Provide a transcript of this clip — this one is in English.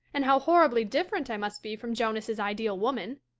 and how horribly different i must be from jonas' ideal woman.